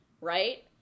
right